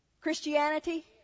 Christianity